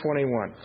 21